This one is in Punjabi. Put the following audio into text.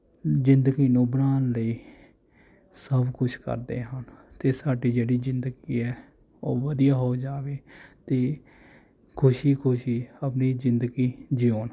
ਜ਼ਿੰਦਗੀ ਨੂੰ ਬਣਾਉਣ ਲਈ ਸਭ ਕੁਛ ਕਰਦੇ ਹਨ ਅਤੇ ਸਾਡੀ ਜਿਹੜੀ ਜ਼ਿੰਦਗੀ ਹੈ ਉਹ ਵਧੀਆ ਹੇੋ ਜਾਵੇ ਅਤੇ ਖੁਸ਼ੀ ਖੁਸ਼ੀ ਆਪਣੀ ਜ਼ਿੰਦਗੀ ਜਿਊਣ